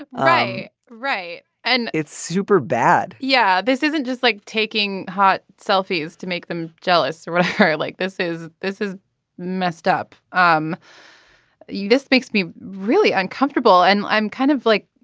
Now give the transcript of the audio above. ah right. right. and it's super bad. yeah. this isn't just like taking hot selfies to make them jealous or but like like this is this is messed up um you just makes me really uncomfortable and i'm kind of like